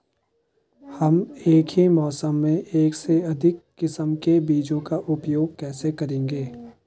हम एक ही मौसम में एक से अधिक किस्म के बीजों का उपयोग कैसे करेंगे?